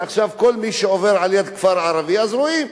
עכשיו כל מי שעובר על-יד כפר ערבי, רואים: